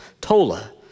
Tola